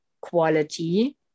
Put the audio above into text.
quality